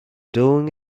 doing